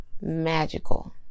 magical